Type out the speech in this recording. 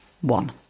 One